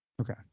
okay